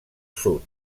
sud